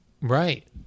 Right